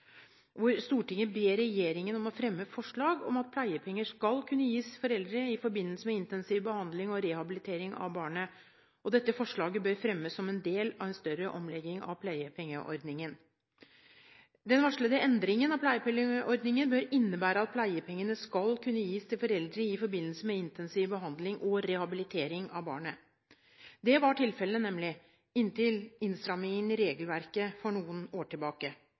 hvor Stortinget ber regjeringen fremme forslag om at pleiepenger skal kunne gis foreldre i forbindelse med intensiv behandling og rehabilitering av barnet. Dette forslaget bør fremmes som en del av en større omlegging av pleiepengeordningen. Den varslede endringen av pleiepengeordningen bør innebære at pleiepengene skal kunne gis til foreldre i forbindelse med intensiv behandling og rehabilitering av barnet. Det var nemlig tilfellet inntil innstrammingen i regelverket for noen år tilbake